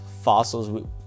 fossils